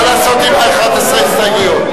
מה לעשות עם 11 הסתייגויות?